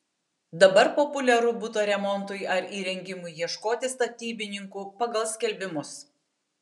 dabar populiaru buto remontui ar įrengimui ieškoti statybininkų pagal skelbimus